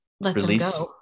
release